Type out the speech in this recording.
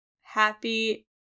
Happy